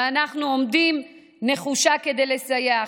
ואנחנו עומדים נחושים כדי לסייע.